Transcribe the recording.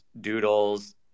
Doodles